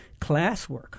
classwork